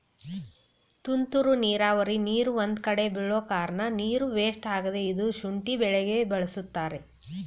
ತುಂತುರು ನೀರಾವರಿ ನೀರು ಒಂದ್ಕಡೆ ಬೀಳೋಕಾರ್ಣ ನೀರು ವೇಸ್ಟ್ ಆಗತ್ತೆ ಇದ್ನ ಶುಂಠಿ ಬೆಳೆಗೆ ಬಳಸ್ತಾರೆ